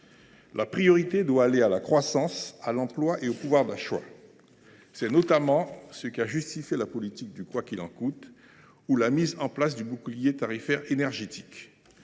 La priorité doit aller à la croissance, à l’emploi et au pouvoir d’achat. C’est notamment ce qui a justifié la politique du « quoi qu’il en coûte » ou la mise en place du bouclier tarifaire énergétique.